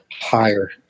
higher